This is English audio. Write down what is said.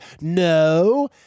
No